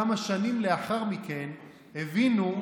כמה שנים לאחר מכן הבינו,